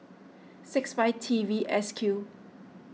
six five T V S Q